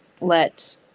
let